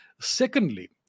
Secondly